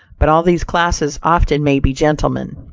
but all these classes often may be gentlemen.